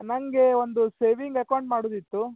ನನಗೆ ಒಂದು saving account ಮಾಡುವುದಿತ್ತು